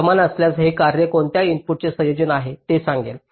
समान असल्यास हे कार्य कोणत्या इनपुटचे संयोजन आहे हे सांगेल